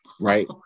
Right